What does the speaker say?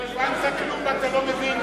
לא הבנת כלום, ואתה לא מבין כלום.